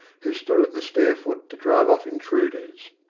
who stood at the stair-foot to drive off intruders.